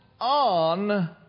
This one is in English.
on